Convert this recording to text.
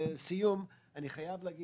לסיום, אני חייב להגיד